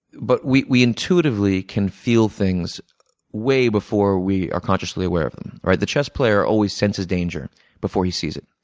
but we we intuitively can feel things way before we are consciously aware of them. the chess player always senses danger before he sees it,